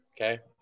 okay